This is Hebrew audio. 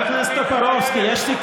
פשוט